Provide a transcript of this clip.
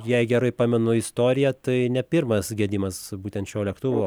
jei gerai pamenu istoriją tai ne pirmas gedimas būtent šio lėktuvo